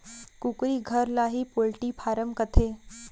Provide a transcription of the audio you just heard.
कुकरी घर ल ही पोल्टी फारम कथें